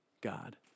God